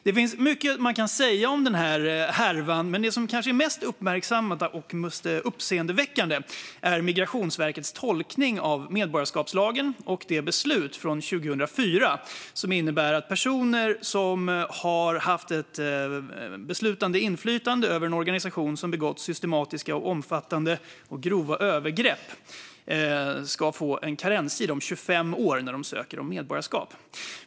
Det finns mycket man kan säga om denna härva, men det mest uppmärksammade och uppseendeväckande är kanske Migrationsverkets tolkning av medborgarskapslagen och det beslut från 2004 som innebär att personer som har haft beslutande inflytande över en organisation som begått systematiska, omfattande och grova övergrepp ska få en karenstid på 25 år när de ansöker om medborgarskap.